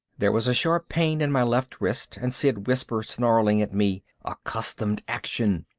there was a sharp pain in my left wrist and sid whisper-snarling at me, accustomed action!